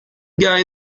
guy